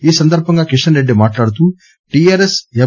ఈ సందర్భంగా కిషన్ రెడ్డి మాట్లాడుతూ టీఆర్ఎస్ ఎం